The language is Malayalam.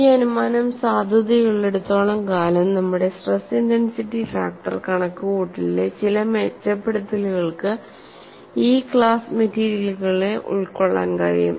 ഈ അനുമാനം സാധുതയുള്ളിടത്തോളം കാലം നമ്മുടെ സ്ട്രെസ് ഇന്റൻസിറ്റി ഫാക്ടർ കണക്കുകൂട്ടലിലെ ചില മെച്ചപ്പെടുത്തലുകൾക്ക് ഈ ക്ലാസ് മെറ്റീരിയലുകളെ ഉൾക്കൊള്ളാൻ കഴിയും